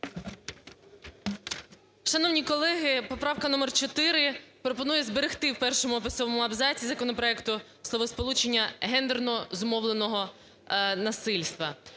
Шановні колеги, поправка номер 4 пропонує зберегти в першому або сьомому абзаці законопроекту словосполучення "гендерно зумовленого насильства".